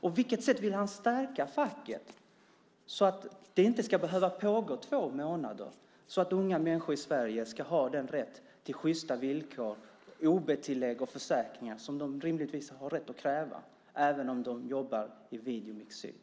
Och på vilket sätt vill han stärka facket så att sådana här konflikter inte ska behöva pågå två månader och så att unga människor ska ha de sjysta villkor, ob-tillägg och försäkringar, som de rimligtvis har rätt att kräva även om de jobbar på Videomix Syd?